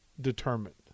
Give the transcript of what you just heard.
determined